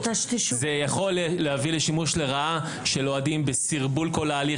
זה יכול להביא לשימוש לרעה של אוהדים בסרבול כל ההליך,